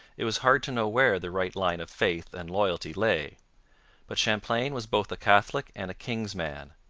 it was hard to know where the right line of faith and loyalty lay but champlain was both a catholic and a king's man,